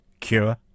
cure